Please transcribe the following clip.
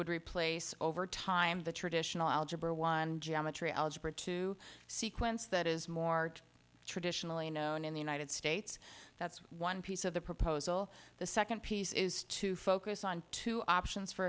would replace over time the traditional algebra one geometry algebra two sequence that is more traditionally known in the united states that's one piece of the proposal the second piece is to focus on two options for